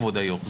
כבוד היושב-ראש,